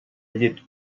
llet